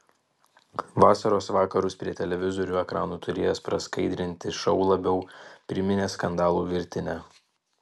vasaros vakarus prie televizorių ekranų turėjęs praskaidrinti šou labiau priminė skandalų virtinę